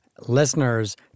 Listeners